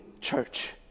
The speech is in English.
church